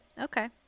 okay